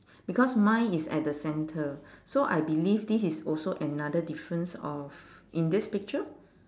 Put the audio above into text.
because mine is at the centre so I believe this is also another difference of in this picture